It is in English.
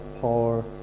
power